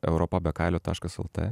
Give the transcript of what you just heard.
europa be kailio taškas lt